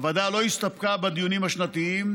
הוועדה לא הסתפקה בדיונים השנתיים,